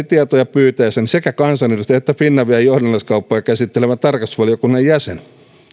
tietoja pyytäessäni sekä kansanedustaja että finavian johdannaiskauppoja käsittelevän tarkastusvaliokunnan jäsen